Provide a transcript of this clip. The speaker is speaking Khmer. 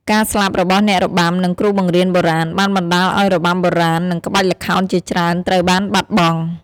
ការស្លាប់របស់អ្នករបាំ និងគ្រូបង្រៀនបុរាណ បានបណ្តាលឲ្យរបាំបុរាណ និងក្បាច់ល្ខោនជាច្រើនត្រូវបានបាត់បង់។